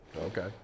Okay